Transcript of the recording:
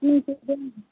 तीन सौ के देंगी